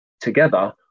together